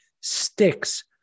sticks